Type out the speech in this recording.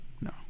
No